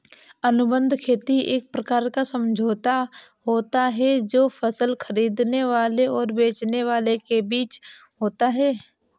अनुबंध खेती एक प्रकार का समझौता होता है जो फसल खरीदने वाले और बेचने वाले के बीच होता है